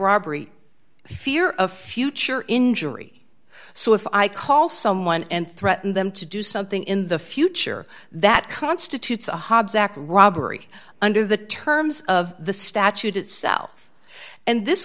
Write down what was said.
robbery fear of future injury so if i call someone and threaten them to do something in the future that constitutes a hobbs act robbery under the terms of the statute itself and this